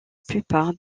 plupart